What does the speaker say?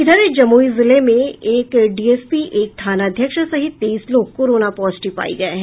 इधर जमुई जिले में एक डीएसपी एक थानाध्यक्ष सहित तेईस लोग कोरोना पॉजिटिव पाये गये हैं